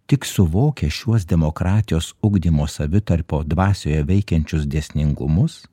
tik suvokę šiuos demokratijos ugdymo savitarpio dvasioje veikiančius dėsningumus